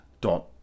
dot